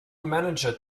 manager